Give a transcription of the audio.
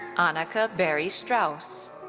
annika berry strauss.